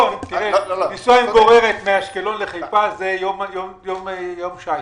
לנסוע עם גוררת מאשקלון לחיפה זה יום, שניים.